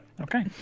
Okay